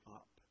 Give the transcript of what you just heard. up